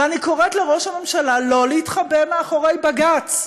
ואני קוראת לראש הממשלה לא להתחבא מאחורי בג"ץ.